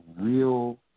real